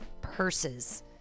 purses